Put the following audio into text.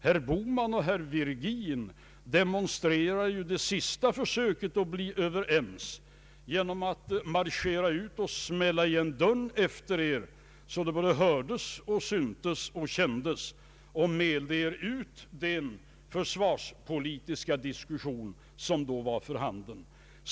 Herr Bohman och herr Virgin demonstrerade ju vid det sista försöket att bli överens genom att marschera ut och smälla igen dörren efter sig så att det hördes, syntes och kändes och mälde sig ur den försvarspolitiska diskussion som då var för handen.